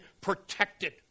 protected